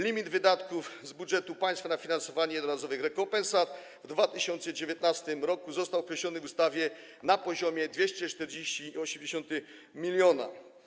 Limit wydatków z budżetu państwa na finansowanie jednorazowych rekompensat w 2019 r. został określony w ustawie na poziomie 240,8 mln.